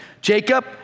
Jacob